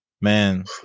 Man